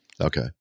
Okay